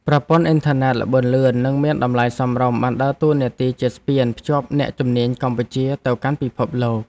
ប្រព័ន្ធអ៊ីនធឺណិតល្បឿនលឿន និងមានតម្លៃសមរម្យបានដើរតួនាទីជាស្ពានភ្ជាប់អ្នកជំនាញកម្ពុជាទៅកាន់ពិភពលោក។